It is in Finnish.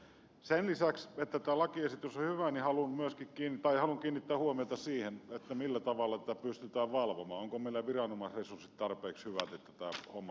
sen lisäksi että tämä lakiesitys on hyvä haluan kiinnittää huomiota siihen millä tavalla tätä pystytään valvomaan onko meillä tarpeeksi hyvät viranomaisresurssit että tämä homma pystytään hoitamaan